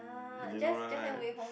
you didn't know right